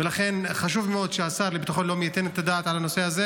ולכן חשוב מאוד שהשר לביטחון לאומי ייתן את הדעת על הנושא הזה